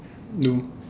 no